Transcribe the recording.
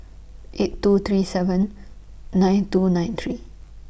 eight two three seven nine two nine three